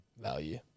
value